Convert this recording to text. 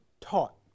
taught